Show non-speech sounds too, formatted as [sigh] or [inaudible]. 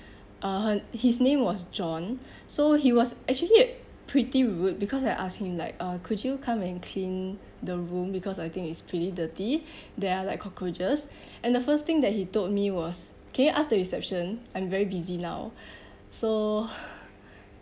uh her his name was john so he was actually pretty rude because I ask him like uh could you come and clean the room because I think it's pretty dirty there are like cockroaches and the first thing that he told me was can you ask the reception I'm very busy now so [breath]